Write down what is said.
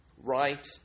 Right